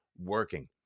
working